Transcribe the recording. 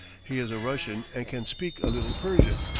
he is a russian and can speak a little persian.